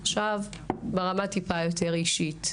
עכשיו ברמת טיפה יותר אישית.